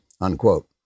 unquote